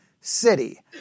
city